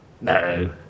No